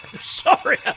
sorry